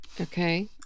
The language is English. Okay